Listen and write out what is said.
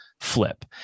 flip